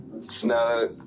Snug